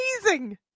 amazing